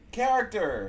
character